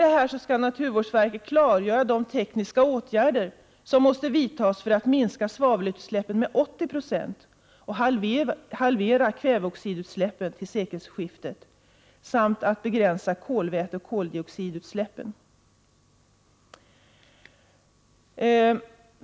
Utöver detta skall naturvårdsverket klargöra de tekniska åtgärder som måste vidtas för att minska svavelutsläppen med 80 96 och halvera kväveoxidutsläppen till sekelskiftet samt begränsa kolväteoch koloxidutsläppen.